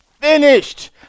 finished